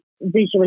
visually